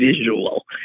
visual